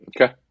Okay